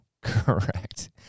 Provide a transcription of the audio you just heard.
Correct